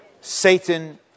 Satan